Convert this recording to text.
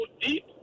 deep